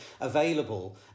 available